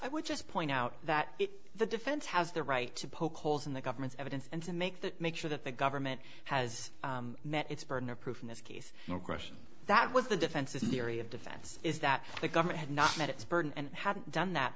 i would just point out that the defense has the right to poke holes in the government's evidence and to make that make sure that the government has met its burden of proof in this case no question that was the defense's theory of defense is that the government had not met its burden and hadn't done that